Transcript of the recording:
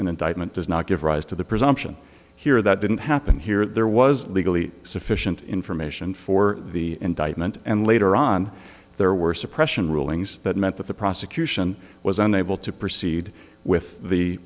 an indictment does not give rise to the presumption here that didn't happen here there was legally sufficient information for the indictment and later on there were suppression rulings that meant that the prosecution was unable to proceed with the